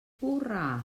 hurra